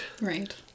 Right